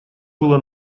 было